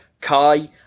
Kai